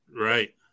right